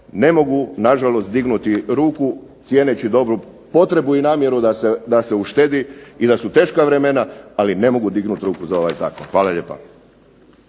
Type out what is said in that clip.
ne mogu na žalost dignuti ruku cijeneći dobru potrebu i namjeru da se uštedi i da su teška vremena, ali ne mogu dignuti ruku za ovaj zakon. Hvala lijepa.